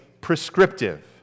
prescriptive